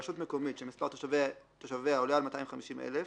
ברשות מקומית שמספר תושביה עולה על 250 אלף,